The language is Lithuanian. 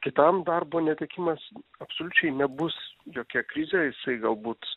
kitam darbo netekimas absoliučiai nebus jokia krizė jisai galbūt